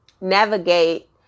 navigate